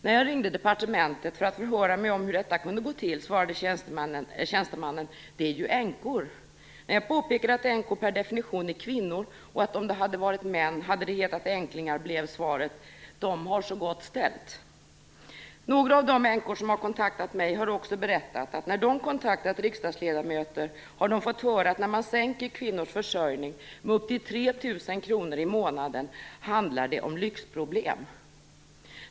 När jag ringde departementet för att förhöra mig om hur detta kunnat gå till, svarade tjänstemannen: Det är ju änkor. När jag påpekade att änkor per definition är kvinnor, och att det hade hetat änklingar om det hade varit män, blev svaret: De har så gott ställt. Några av de änkor som kontaktat mig har också berättat att när de kontaktat riksdagsledamöter har de fått höra att det handlar om lyxproblem när man sänker kvinnors försörjning med upp till 3 000 kr i månaden.